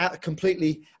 completely